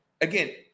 Again